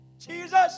Jesus